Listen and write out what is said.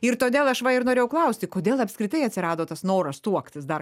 ir todėl aš va ir norėjau klausti kodėl apskritai atsirado tas noras tuoktis dar